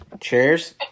Cheers